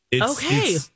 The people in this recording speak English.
Okay